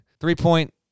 three-point